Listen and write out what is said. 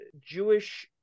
Jewish